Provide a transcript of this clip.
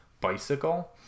bicycle